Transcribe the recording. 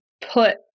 put